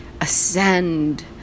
ascend